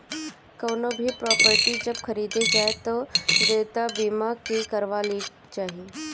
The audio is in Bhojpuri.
कवनो भी प्रापर्टी जब खरीदे जाए तअ देयता बीमा भी करवा लेवे के चाही